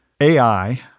AI